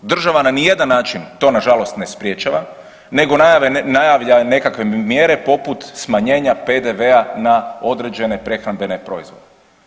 Država na ni jedan način to na žalost ne sprječava, nego najavljuje nekakve mjere poput smanjenja PDV-a na određene prehrambene proizvode.